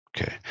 Okay